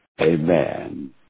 amen